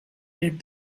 led